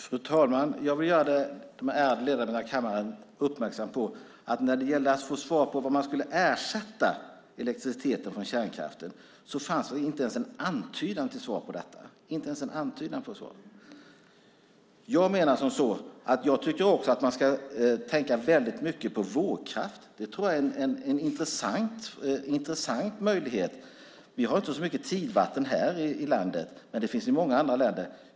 Fru talman! Jag vill göra de ärade ledamöterna i kammaren uppmärksamma på att när det gällde att få svar på vad man skulle ersätta elektriciteten från kärnkraften med fanns det inte ens en antydan till svar på det. Jag tycker också att man ska tänka väldigt mycket på vågkraft. Det är en intressant möjlighet. Vi har inte så mycket tidvatten här i landet. Men det finns i många andra länder.